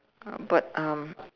uh but um